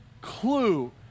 clue